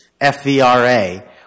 FVRA